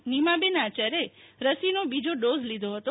નીમાબેન આચાર્ય એ રસીનો બીજો ડોઝ લીધો હતો